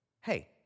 Hey